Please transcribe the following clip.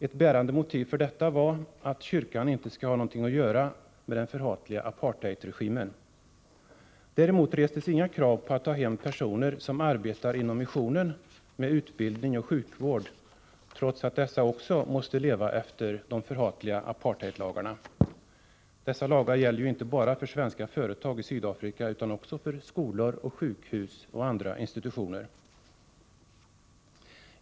Ett bärande skäl för detta var att kyrkan inte skall ha något att göra med den förhatliga apartheidregimen. Däremot restes inga krav på att ta hem personer som arbetade inom missionen med utbildning och sjukvård, trots att också dessa måste leva efter de förhatliga apartheidlagarna. Dessa lagar gäller ju inte bara för svenska företag i Sydafrika utan också för skolor, sjukhus och andra institutioner.